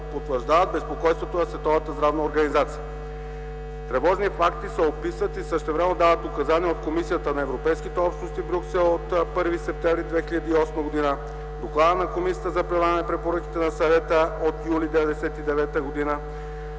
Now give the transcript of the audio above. Тревожни факти се описват и същевременно се дават указания от Комисията на европейските общности в Брюксел от 1 септември 2008 г. в Доклада на Комисията за прилагане препоръките на Съвета от юли 1999 г.